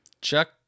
Chuck